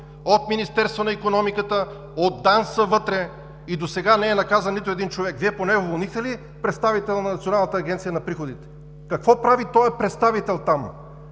от Министерството на икономиката, от ДАНС са вътре, и досега не е наказан нито един човек! Вие поне уволнихте ли представителя на Националната агенция за приходите? Какво прави там този представител от